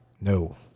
No